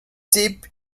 tip